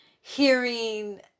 hearing